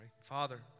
Father